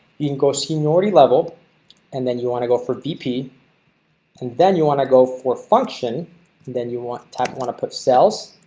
you can go seniority level and then you want to go for vp and then you want to go for function then you want tap want to put